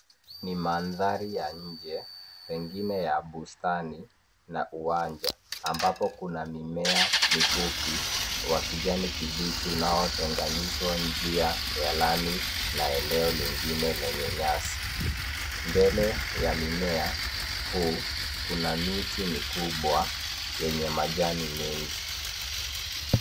Ni mandhari ya nje pengine ya bustani na uwanja ambapo kuna mimea mifupi ya kijani kibichi unaotenganishwa njia ya lami na eneo lingine lenye nyasi mbele ya mimea huu kuna miti mikubwa yenye majani mengi.